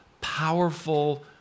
powerful